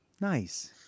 Nice